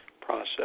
process